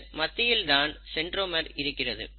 இதன் மத்தியில் தான் சென்றோமர் இருக்கிறது